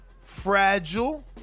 fragile